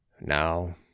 Now